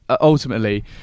ultimately